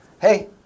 hey